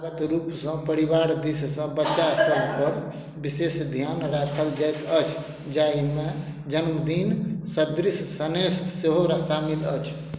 परपरूपसँ परिवार दिससँ बच्चा सभ पर विशेष धिआन राखल जाइत अछि जाहिमे जन्मदिन सदृश सनेस सेहो शामिल अछि